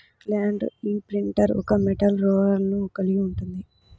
land imprinter ఒక metal రోలర్ను కలిగి ఉంటుంది